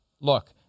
look